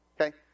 okay